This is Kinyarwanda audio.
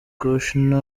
kushner